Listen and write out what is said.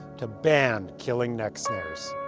to ban killing neck snares.